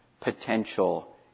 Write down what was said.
potential